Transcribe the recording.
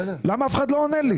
למה אף אחד לא עונה לי?